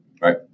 right